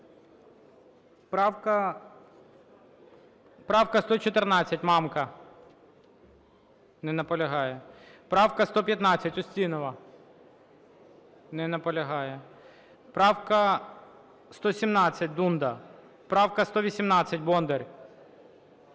Правка 114, Мамка. Не наполягає. Правка 115, Устінова. Не наполягає. Правка 117, Дунда. Правка 118, Бондар.